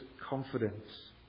confidence